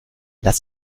lass